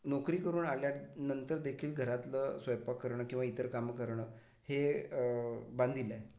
नोकरी करून आल्यानंतरदेखील घरातलं स्वैपाक करणं किवा इतर कामं करणं हे बांधील आहे